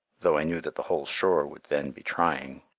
though i knew that the whole shore would then be trying.